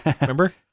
Remember